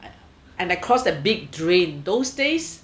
and I crossed a big drain those days